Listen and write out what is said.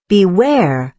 Beware